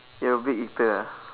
you're a big eater ah